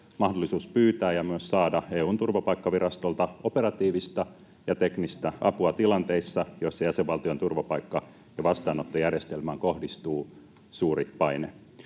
mahdollisuus pyytää ja myös saada EU:n turvapaikkavirastolta operatiivista ja teknistä apua tilanteissa, joissa jäsenvaltion turvapaikka‑ ja vastaanottojärjestelmään kohdistuu suuri paine.